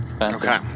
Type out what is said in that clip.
Okay